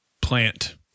plant